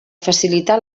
facilitar